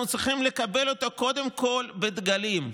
אנחנו צריכים לקבל אותו קודם כול בדגלים.